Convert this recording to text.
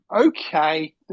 okay